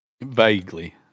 Vaguely